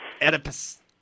Oedipus